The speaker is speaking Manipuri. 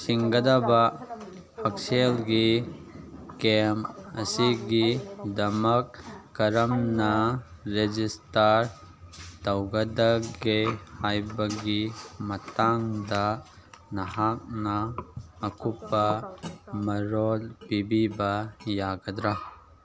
ꯆꯤꯡꯒꯗꯕ ꯍꯛꯁꯦꯜꯒꯤ ꯀꯦꯝ ꯑꯁꯤꯒꯤꯗꯃꯛ ꯀꯔꯝꯅ ꯔꯦꯖꯤꯁꯇꯔ ꯇꯧꯒꯗꯒꯦ ꯍꯥꯏꯕꯒꯤ ꯃꯇꯥꯡꯗ ꯅꯍꯥꯛꯅ ꯑꯀꯨꯞꯄ ꯃꯔꯣꯜ ꯄꯤꯕꯤꯕ ꯌꯥꯒꯗ꯭ꯔꯥ